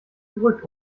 beruhigt